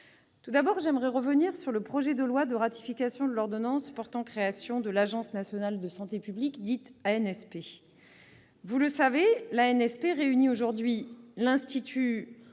Tout d'abord, j'aimerais revenir sur le projet de loi de ratification de l'ordonnance portant création de l'Agence nationale de santé publique. Vous le savez, l'ANSP réunit aujourd'hui l'Institut